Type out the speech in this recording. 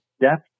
depth